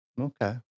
Okay